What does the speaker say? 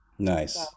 Nice